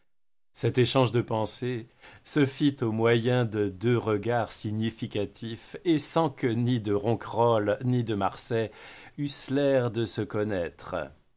cet échange de pensées se fit au moyen de deux regards significatifs et sans que ni ronquerolles ni de marsay eussent l'air de se connaître